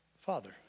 Father